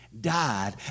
died